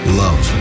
love